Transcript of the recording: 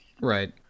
Right